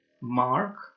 mark